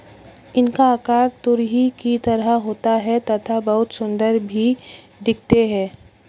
इनका आकार तुरही की तरह होता है तथा बहुत सुंदर भी दिखते है